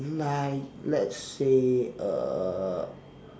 like let's say uh